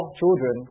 children